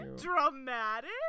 dramatic